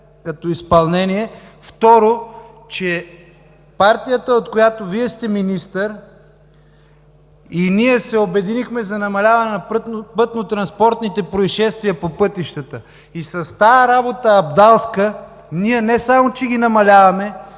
като изпълнение, второ, с партията, от която Вие сте министър, ние се обединихме за намаляване на пътнотранспортните произшествия по пътищата, с тази работа – абдалска, не само че не ги намаляваме,